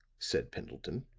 said pendleton.